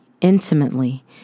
intimately